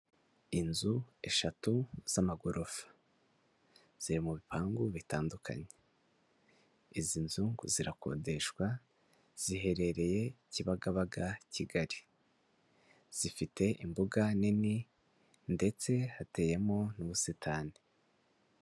Inzu eshatu z'amagorofa, ziri mu bipangu bitandukanye, izi nzu zirakodeshwa, ziherereye Kibagabaga, Kigali, zifite imbuga nini ndetse hateyemo n'ubusitani.